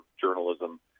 journalism